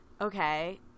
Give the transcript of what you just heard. Okay